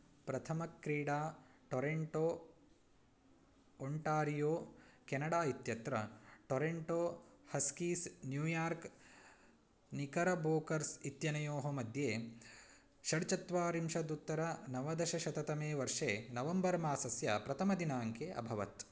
प्रथमक्रीडा Toronto Ontario Canada इत्यत्र Toronto Huskies New York Knickerbockers इत्यनयोः मध्ये षड् चत्वारिंशदुत्तरनवदशशतमे वर्षे नवम्बर् मासस्य प्रथमदिनाङ्के अभवत्